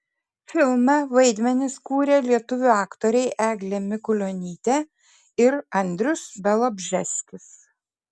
filme vaidmenis kūrė lietuvių aktoriai eglė mikulionytė ir andrius bialobžeskis